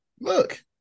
Look